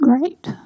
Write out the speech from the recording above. great